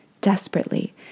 desperately